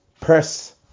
Press